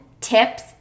tips